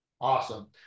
Awesome